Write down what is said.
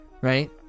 right